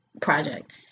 project